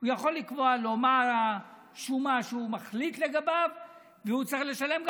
מה השומה שהוא מחליט לגביו והוא צריך לשלם,